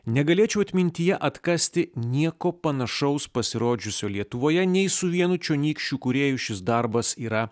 negalėčiau atmintyje atkasti nieko panašaus pasirodžiusio lietuvoje nei su vienu čionykščių kūrėjų šis darbas yra